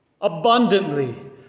abundantly